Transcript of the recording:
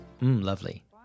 Lovely